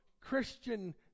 Christian